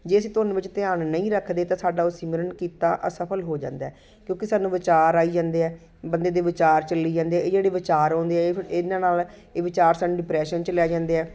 ਜੇ ਅਸੀਂ ਧੁਨ ਵਿੱਚ ਧਿਆਨ ਨਹੀਂ ਰੱਖਦੇ ਤਾਂ ਸਾਡਾ ਉਹ ਸਿਮਰਨ ਕੀਤਾ ਅਸਫ਼ਲ ਹੋ ਜਾਂਦਾ ਹੈ ਕਿਉਂਕਿ ਸਾਨੂੰ ਵਿਚਾਰ ਆਈ ਜਾਂਦੇ ਹੈ ਬੰਦੇ ਦੇ ਵਿਚਾਰ ਚੱਲੀ ਜਾਂਦੇ ਇਹ ਜਿਹੜੇ ਵਿਚਾਰ ਆਉਂਦੇ ਆ ਇਹਨਾਂ ਨਾਲ ਇਹ ਵਿਚਾਰ ਸਾਨੂੰ ਡਿਪਰੈਸ਼ਨ 'ਚ ਲੈ ਜਾਂਦੇ ਆ